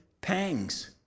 pangs